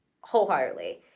Wholeheartedly